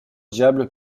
diables